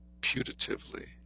putatively